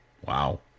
Wow